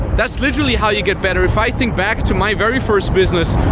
that's literally how you get better. if i think back to my very first business,